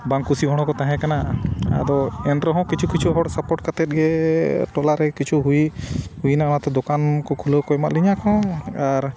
ᱵᱟᱝ ᱠᱩᱥᱤ ᱦᱚᱲ ᱦᱚᱸᱠᱚ ᱛᱟᱦᱮᱸ ᱠᱟᱱᱟ ᱟᱫᱚ ᱮᱱᱨᱮ ᱦᱚᱸ ᱠᱤᱪᱷᱩ ᱠᱤᱪᱷᱩ ᱦᱚᱲ ᱥᱟᱯᱳᱨᱴ ᱠᱟᱛᱮ ᱜᱮ ᱴᱚᱞᱟᱨᱮ ᱠᱤᱪᱷᱩ ᱦᱩᱭᱱᱟ ᱚᱱᱟᱛᱮ ᱫᱚᱠᱟᱱ ᱠᱚ ᱠᱷᱩᱞᱟᱹᱣ ᱠᱚ ᱮᱢᱟᱜ ᱞᱤᱧᱟᱹ ᱠᱚ ᱦᱚᱸ ᱟᱨ